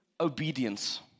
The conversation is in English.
obedience